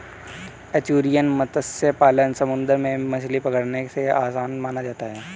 estuarine मत्स्य पालन समुंदर में मछली पकड़ने से आसान माना जाता है